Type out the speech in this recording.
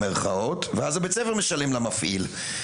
ואז בית הספר משלם למפעיל.